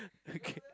okay